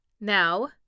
Now